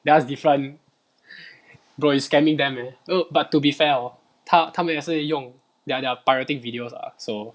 that one's different bro you scamming them eh oh but to be fair hor 他他们也是用 they're they're pirating videos lah so